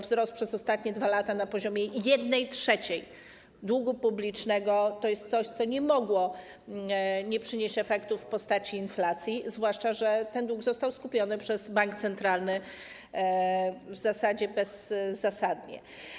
Wzrost przez ostatnie 2 lata na poziomie 1/3 długu publicznego to jest coś, co nie mogło nie przynieść efektów w postaci inflacji, zwłaszcza że ten dług został skupiony przez bank centralny w zasadzie bezzasadnie.